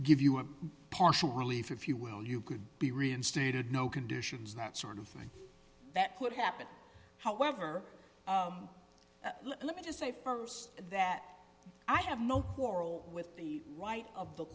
give you a partial relief if you will you could be reinstated no conditions that sort of thing that could happen however let me just say st that i have no quarrel with the right of the